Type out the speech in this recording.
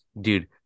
dude